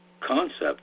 concept